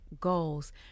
goals